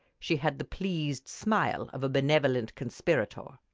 she had the pleased smile of a benevolent conspirator.